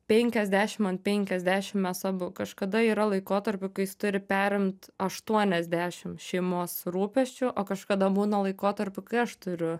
penkiasdešim ant penkiasdešim mes abu kažkada yra laikotarpių kai jis turi perimt aštuoniasdešim šeimos rūpesčių o kažkada būna laikotarpių kai aš turiu